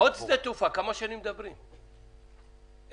כמה שנים מדברים על